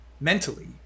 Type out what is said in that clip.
mentally